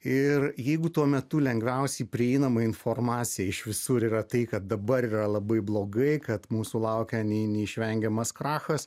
ir jeigu tuo metu lengviausiai prieinama informacija iš visur yra tai kad dabar yra labai blogai kad mūsų laukia neišvengiamas krachas